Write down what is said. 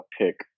pick